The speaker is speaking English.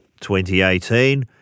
2018